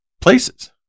places